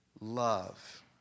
love